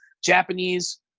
Japanese